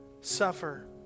suffer